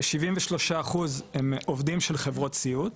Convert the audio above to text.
כ- 73% הם עובדים של חברות סיעוד,